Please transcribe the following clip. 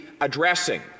addressing